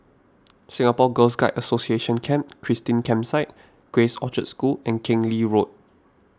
Singapore Girl Guides Association Camp Christine Campsite Grace Orchard School and Keng Lee Road